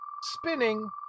Spinning